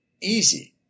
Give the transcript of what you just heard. easy